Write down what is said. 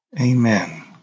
Amen